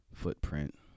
footprint